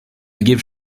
give